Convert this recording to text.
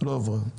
לא עברה.